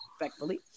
respectfully